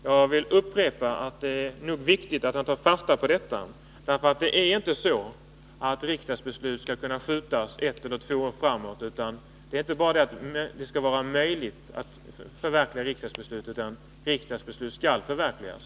Jag vill upprepa att det nog är viktigt att ta fasta på det. Riksdagsbeslut skall inte kunna skjutas ett eller två år framåt — riksdagsbeslut skall inte bara vara möjliga att realisera, utan de skall också faktiskt förverkligas.